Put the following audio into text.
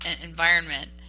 environment